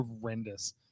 horrendous